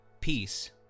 peace